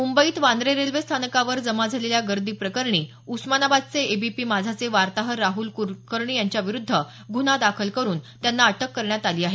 मुंबईत वांद्रे रेल्वे स्थानकावार जमा झालेल्या गर्दी प्रकरणी उस्मानाबादचे एबीपी माझाचे वार्ताहर राहुल कुलकर्णी यांच्याविरूद्ध गुन्हा दाखल करून त्यांना अअक करण्यात आली आहे